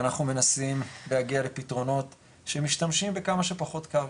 ואנחנו מנסים להגיע לפתרונות שמשתמשים בכמה שפחות קרקע,